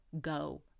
go